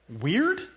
Weird